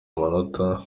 amanota